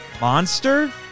Monster